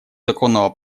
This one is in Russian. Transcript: законного